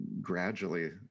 gradually